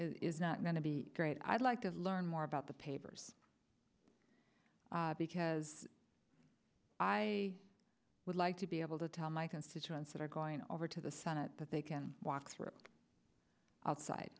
to be great i'd like to learn more about the papers because i would like to be able to tell my constituents that are going over to the senate that they can walk through outside